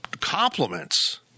compliments